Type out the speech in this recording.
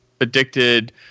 addicted